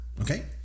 okay